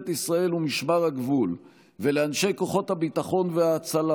ישראל ומשמר הגבול ולאנשי כוחות הביטחון וההצלה,